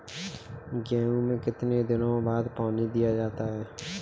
गेहूँ में कितने दिनों बाद पानी दिया जाता है?